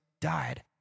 died